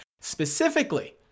Specifically